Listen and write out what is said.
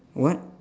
what